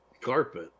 Carpet